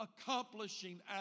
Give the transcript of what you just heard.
accomplishing